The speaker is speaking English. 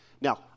Now